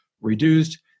reduced